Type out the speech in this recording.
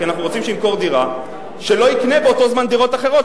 כי אנחנו רוצים שהוא ימכור דירה ושלא יקנה באותו זמן דירות אחרות,